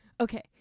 Okay